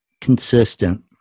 consistent